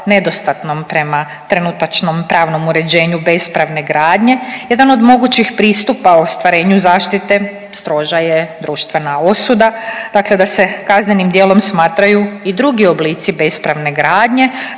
nedostatnom prema trenutačnom pravnom uređenju bespravne gradnje. Jedan od mogućih pristupa ostvarenju zaštite stroža je društvena osuda, dakle da se kaznenim djelom smatraju i drugi oblici bespravne gradnje.